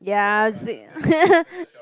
ya z~